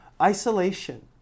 Isolation